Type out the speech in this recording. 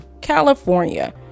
california